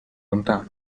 lontano